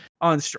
on